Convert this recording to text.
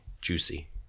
juicy